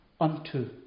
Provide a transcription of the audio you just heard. unto